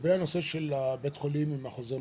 לגבי חוזר המנכ"ל,